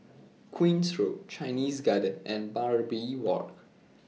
Queen's Road Chinese Garden and Barbary Walk